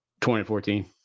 2014